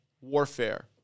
warfare